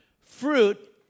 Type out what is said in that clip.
Fruit